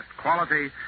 quality